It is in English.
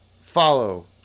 follow